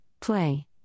Play